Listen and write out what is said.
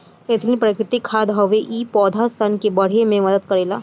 ethylene प्राकृतिक खाद हवे आ इ पौधा सन के बढ़े में मदद करेला